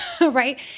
right